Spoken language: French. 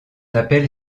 appelle